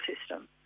system